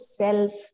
self